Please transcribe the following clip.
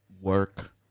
work